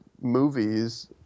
movies